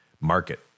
market